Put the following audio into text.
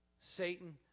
Satan